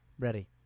Ready